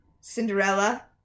Cinderella